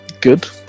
good